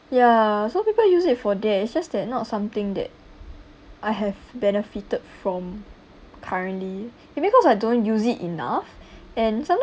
ya some people use it for there it's just that not something that I have benefited from currently because I don't use it enough and